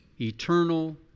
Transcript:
eternal